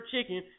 chicken